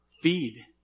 feed